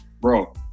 bro